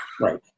Right